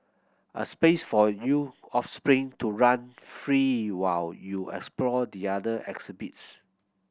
a space for you offspring to run free while you explore the other exhibits